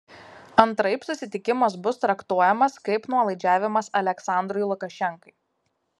antraip susitikimas bus traktuojamas kaip nuolaidžiavimas aliaksandrui lukašenkai